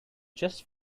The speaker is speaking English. just